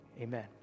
amen